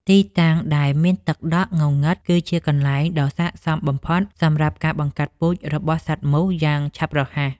ទីតាំងដែលមានទឹកដក់ងងឹតគឺជាកន្លែងដ៏ស័ក្តិសមបំផុតសម្រាប់ការបង្កាត់ពូជរបស់សត្វមូសយ៉ាងឆាប់រហ័ស។